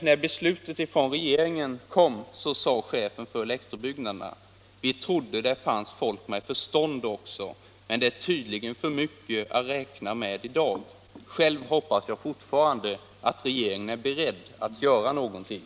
När beslutet från regeringen kom sade chefen för elektrobyggnaderna: Vi trodde att det fanns folk med förstånd också, men det är tydligen för mycket att räkna med det i dag. — Själv hoppas jag fortfarande att regeringen är beredd att göra någonting.